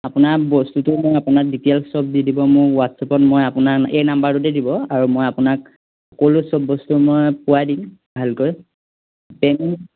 আপোনাৰ বস্তুটো মই আপোনাক ডিটেইলছ সব দি দিব মোৰ হোৱাটছআপত মই আপোনাৰ এই নাম্বাৰটোতেই দিব আৰু মই আপোনাক সকলোৱে চব বস্তু মই পোৱাই দিম ভালকৈ পে'মেণ্ট